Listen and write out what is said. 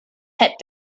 het